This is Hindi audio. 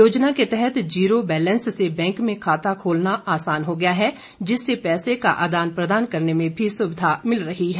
योजना के तहत जीरो वैलेंस से बैंकों में खाता खोलना आसान हो गया है जिससे पैसे का आदान प्रदान करने में भी सुविधा मिल रही है